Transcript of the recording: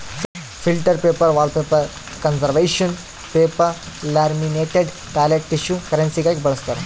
filter paper wallpaper conservation paper laminated toilet tissue ಕರೆನ್ಸಿಗಾಗಿ ಬಳಸ್ತಾರ